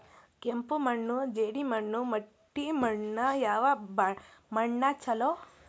ಕೆಂಪು ಮಣ್ಣು, ಜೇಡಿ ಮಣ್ಣು, ಮಟ್ಟಿ ಮಣ್ಣ ಯಾವ ಮಣ್ಣ ಛಲೋ?